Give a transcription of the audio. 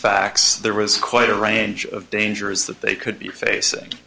facts there was quite a range of dangers that they could be facing